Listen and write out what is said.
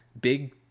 big